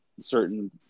certain